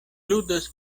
ludas